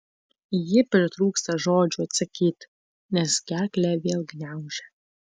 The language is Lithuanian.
ji pritrūksta žodžių atsakyti nes gerklę vėl gniaužia